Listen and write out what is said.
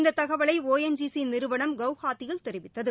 இந்த தகவலை O N G C நிறுவனம் குவாஹாத்தியில் தெரிவித்தது